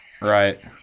right